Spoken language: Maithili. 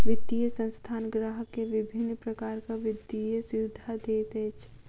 वित्तीय संस्थान ग्राहक के विभिन्न प्रकारक वित्तीय सुविधा दैत अछि